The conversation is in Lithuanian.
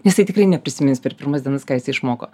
jisai tikrai neprisimins per pirmas dienas ką jis išmoko